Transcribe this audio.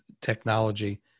technology